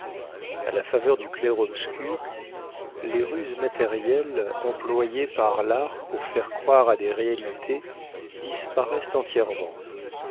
a la faveur du clair-obscur les ruses matérielles employées par l'art pour faire croire à des réalités disparaissent entièrement